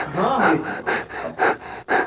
ହଁ ହଁ ନିଶ୍ଚିତ ପହଞ୍ଚିବି ହଉ ହଉ